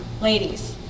Ladies